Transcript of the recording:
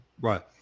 Right